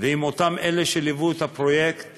אם אלה שליוו את הפרויקט